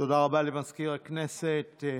אודיעכם כי על פי סעיף 96(ד) לתקנון הכנסת,